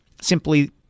simply